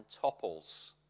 topples